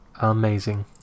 Amazing